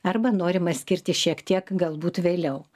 arba norima skirti šiek tiek galbūt vėliau